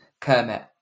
Kermit